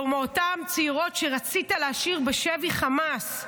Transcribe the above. מאותן צעירות שרצית להשאיר בשבי חמאס.